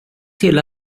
till